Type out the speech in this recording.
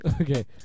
Okay